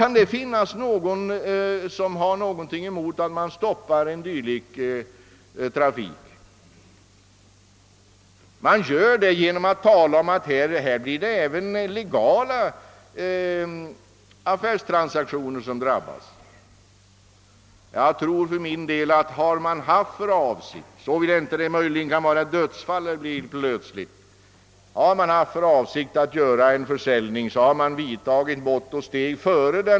Kan det finnas någon som har någonting emot att man stoppar en dylik trafik? Det sägs att även legala affärstransaktioner kommer att drabbas. Har man haft för avsikt att försälja en fastighet, har man säkerligen vidtagit mått och steg före den 8 november — såvida försäljningen inte beror på ett plötsligt dödsfall.